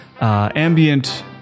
ambient